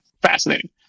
fascinating